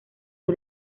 fue